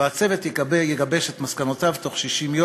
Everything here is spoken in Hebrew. והצוות יגבש את מסקנותיו בתוך 60 יום